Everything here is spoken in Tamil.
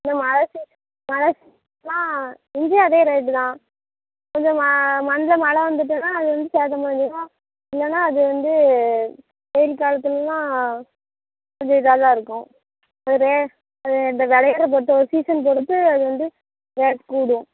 இந்த மழை சீசன் மழை சீசன்னால் இங்கேயும் அதே ரேட்டு தான் கொஞ்சம் ம மஞ்சள் மழை வந்துட்டுன்னால் அது வந்து சேதமடைஞ்சிடும் இல்லைன்னா அது வந்து வெயில் காலத்துலெலாம் கொஞ்சம் இதாக தான் இருக்கும் ஒரே அது அந்த விளையுற போட்ட அந்த சீசன் பொறுத்து அது வந்து ரேட் கூடும்